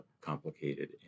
complicated